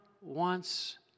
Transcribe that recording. wants